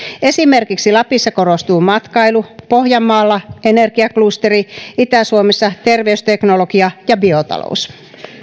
esimerkiksi lapissa korostuu matkailu pohjanmaalla energiaklusteri itä suomessa terveysteknologia ja biotalous